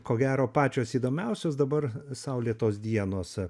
ko gero pačios įdomiausios dabar saulėtos dienos